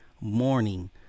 morning